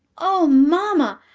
oh, mamma,